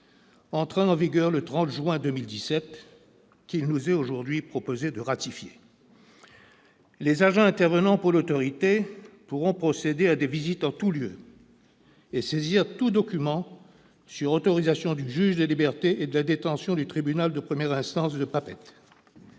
entrée en vigueur le 30 juin 2017, qu'il nous est aujourd'hui proposé de ratifier. Les agents intervenant pour l'autorité pourront procéder à des visites en tous lieux et saisir tous documents sur autorisation du juge des libertés et de la détention du tribunal de première instance de Papeete.